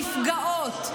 נפגעות,